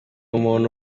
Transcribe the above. umuntu